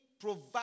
provide